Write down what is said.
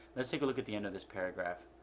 let's take a look at the end of this paragraph.